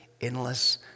endless